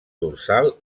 dorsal